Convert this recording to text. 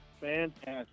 fantastic